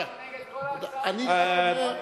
אני הצבעתי נגד כל הצעות, בכל ישיבה.